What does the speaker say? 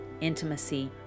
intimacy